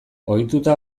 ohituta